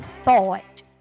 thought